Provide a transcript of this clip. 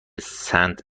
سنت